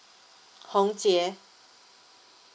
hong jie